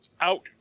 out